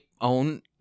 own-